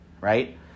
Right